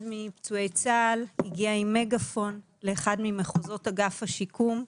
אחד מפצועי צה"ל הגיע עם מגפון לאחד ממחוזות אגף השיקום,